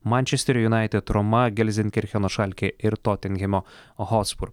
mančesterio junaitet roma gelizenkircheno šalkė ir totinhemo hospur